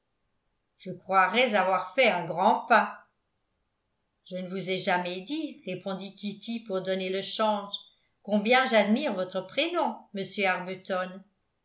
je croirais avoir fait un grand pas je ne vous ai jamais dit répondit kitty pour donner le change combien j'admire votre prénom monsieur